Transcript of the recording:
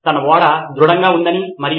నితిన్ కురియన్ మళ్లీ మళ్లీ